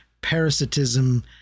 parasitism